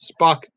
Spock